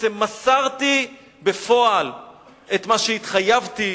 שבעצם מסרתי בפועל את מה שהתחייבתי